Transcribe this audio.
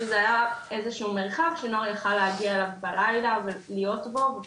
זה היה איזשהו מרחב שנוער יכול להגיע אליו בלילה ולהיות בו ואני